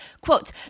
Quote